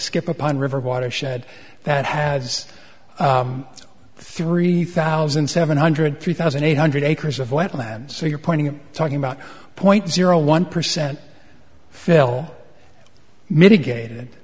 skip upon river watershed that has three thousand seven hundred three thousand eight hundred acres of wetlands so you're pointing talking about point zero one percent fill mitigated